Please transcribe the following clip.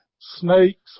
Snakes